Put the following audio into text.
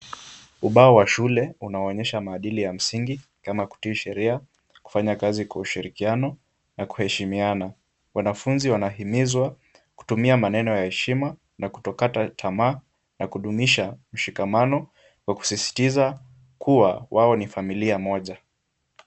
Ubao wa shule unaonyesha maadili ya msingi kama kutii sheria, kufanya kazi kwa ushirikiano na kuheshimiana. Wanafunzi wanahimizwa kutumia maneno ya heshima na kutokata tamaa na kudumisha ushikamano kwa kusisitiza kuwa wao ni familia moja.